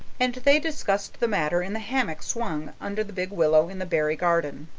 and they discussed the matter in the hammock swung under the big willow in the barry garden.